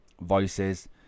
voices